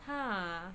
!huh!